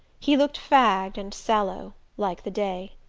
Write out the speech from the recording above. he looked fagged and sallow, like the day.